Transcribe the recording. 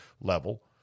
level